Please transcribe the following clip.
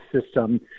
system